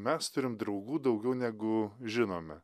mes turim draugų daugiau negu žinome